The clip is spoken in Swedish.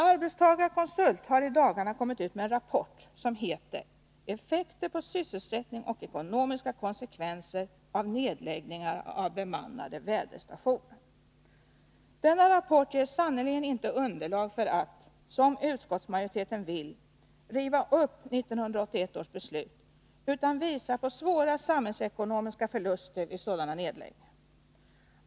Arbetstagarkonsult har i dagarna kommit ut med en rapport som heter Effekter på sysselsättning och ekonomiska konsekvenser av nedläggningar av bemannade väderstationer. Denna rapport ger sannerligen inte underlag för att, som utskottsmajoriteten vill, riva upp 1981 års beslut, utan visar på svåra samhällsekonomiska förluster vid sådana nedläggningar.